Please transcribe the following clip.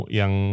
yang